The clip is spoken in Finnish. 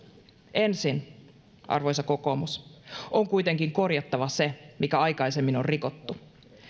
ensin arvoisa kokoomus on kuitenkin korjattava se mikä aikaisemmin on rikottu